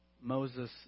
Moses